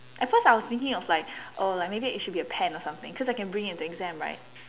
at first I was thinking of like oh like maybe it should be a pen or something cause I can bring it to exam right